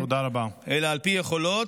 אלא על פי יכולות,